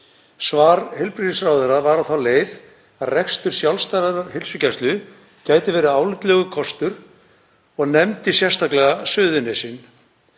Svar heilbrigðisráðherra var á þá leið að rekstur sjálfstæðrar heilsugæslu gæti verið álitlegur kostur og nefndi sérstaklega Suðurnesin.